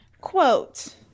quote